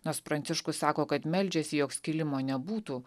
nors pranciškus sako kad meldžiasi jog skilimo nebūtų